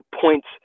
points